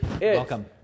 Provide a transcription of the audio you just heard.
Welcome